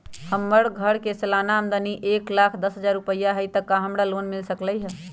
हमर घर के सालाना आमदनी एक लाख दस हजार रुपैया हाई त का हमरा लोन मिल सकलई ह?